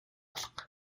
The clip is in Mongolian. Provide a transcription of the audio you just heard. алга